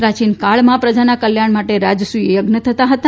પ્રાચીન કાળમાં પ્રજાના કલ્યાણ માટે રાજસૂય યજ્ઞ થતા હતા